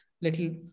little